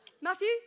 Matthew